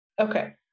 Okay